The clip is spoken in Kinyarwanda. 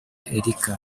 erica